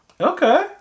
Okay